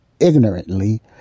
Ignorantly